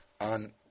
on